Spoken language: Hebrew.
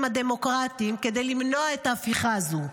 הדמוקרטיים כדי למנוע את ההפיכה הזו.